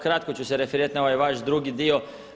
Kratko ću se referirati na ovaj vaš drugi dio.